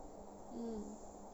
mm